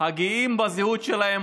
הגאים בזהות שלהם,